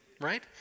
right